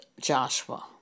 Joshua